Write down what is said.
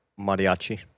Mariachi